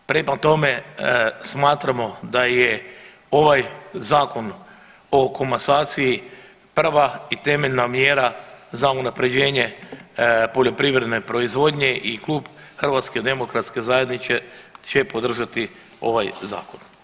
Prema tome smatramo da je ovaj Zakon o komasaciji prva i temeljna mjera za unapređenje poljoprivredne proizvodnje i Klub HDZ-a će podržati ovaj zakon.